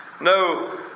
No